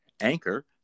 anchor